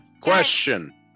Question